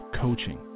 coaching